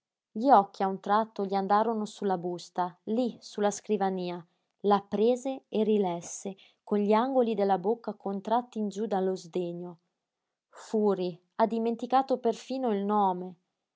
gli occhi a un tratto gli andarono sulla busta lí su la scrivania la prese e rilesse con gli angoli della bocca contratti in giú dallo sdegno furi ha dimenticato perfino il nome